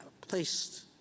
placed